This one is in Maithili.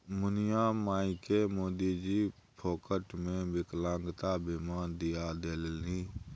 मुनिया मायकेँ मोदीजी फोकटेमे विकलांगता बीमा दिआ देलनि